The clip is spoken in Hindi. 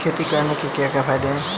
खेती करने से क्या क्या फायदे हैं?